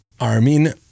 Armin